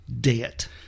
debt